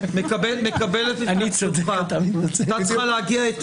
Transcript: ונתנה את המלצותיה בשנת